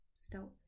Stealth